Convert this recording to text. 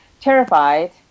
terrified